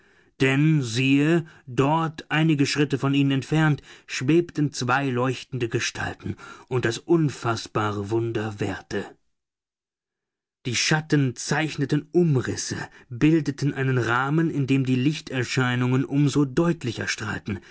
denn siehe dort einige schritte von ihnen entfernt schwebten zwei leuchtende gestalten und das unfaßbare wunder währte die schatten zeichneten umrisse bildeten einen rahmen in dem die lichterscheinungen um so deutlicher strahlten